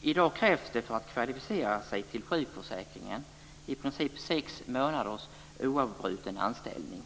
I dag krävs det för att kvalificera sig till sjukförsäkringen i princip sex månaders oavbruten anställning.